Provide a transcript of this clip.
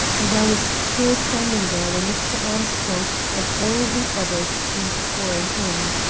and i was still standing there when mr. armstrong and all the others came pouring in.